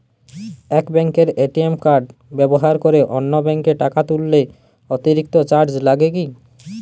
এক ব্যাঙ্কের ATM card ব্যবহার করে অন্য ব্যঙ্কে টাকা তুললে অতিরিক্ত চার্জ লাগে কি?